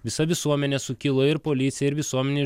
visa visuomenė sukilo ir policija ir visuomenė